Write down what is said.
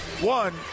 One